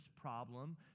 problem